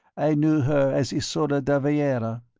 i knew her as ysola de valera.